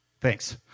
thanks